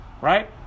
Right